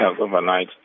overnight